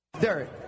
Derek